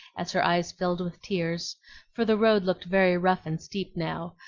as her eyes filled with tears for the road looked very rough and steep now,